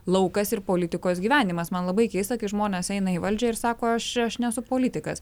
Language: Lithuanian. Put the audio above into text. laukas ir politikos gyvenimas man labai keista kai žmonės eina į valdžią ir sako aš aš nesu politikas